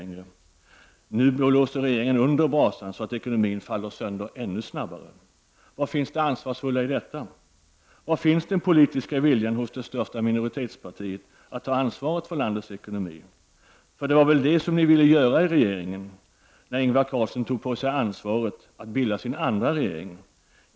Nu blåser regeringen under brasan så att ekonomin faller sönder ännu snabbare. Var finns det ansvarsfulla i detta? Var finns den politiska viljan hos det största minoritetspartiet att ta ansvaret för landets ekonomi? För det var väl det som ni ville göra i regeringen när Ingvar Carlsson tog på sig ansvaret att bilda sin andra regering?